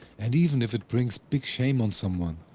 and even if it brings big shame on someone,